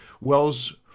Wells